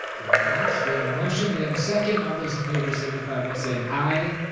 anyone else, we have a motion, we have a second, all those in favor signify by saying aye.